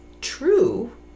true